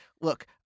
Look